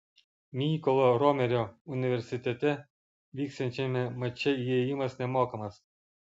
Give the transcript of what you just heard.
mykolo romerio universitete vyksiančiame mače įėjimas nemokamas